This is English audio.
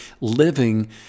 living